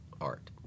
art